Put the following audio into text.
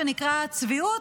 (תיקון מס' 2),